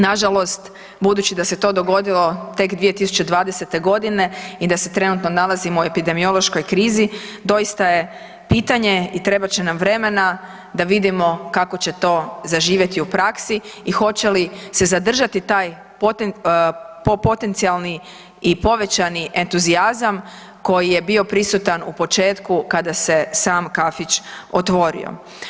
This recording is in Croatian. Nažalost, budući da se to dogodilo tek 2020. godine i da se trenutno nalazimo u epidemiološkoj krizi doista je pitanje i trebat će nam vremena da vidimo kako će to zaživjeti u praksi i hoće li se zadržati taj po potencijalni i povećani entuzijazam koji je bio prisutan u početku kada se sam kafić otvorio.